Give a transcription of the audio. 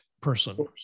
person